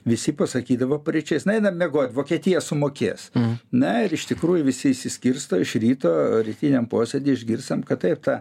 visi pasakydavo paryčiais na einam miegot vokietija sumokės na ir iš tikrųjų visi išsiskirsto iš ryto rytiniam posėdy išgirsim kad taip tą